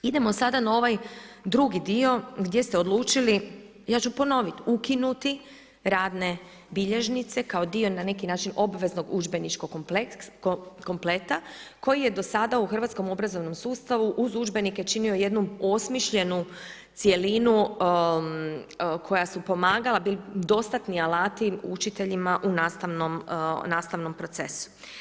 Idemo sada na ovaj drugi dio gdje ste odlučili, ja ću ponovit, ukinuti radne bilježnice kao dio obveznog udžbeničkog kompleta koji je do sada u hrvatskom obrazovnom sustavu, uz udžbenike činio jednu osmišljenu cjelinu koja su pomagala dostatni alati učiteljima u nastavnom procesu.